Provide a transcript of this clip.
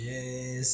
Yes